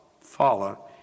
follow